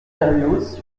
berrios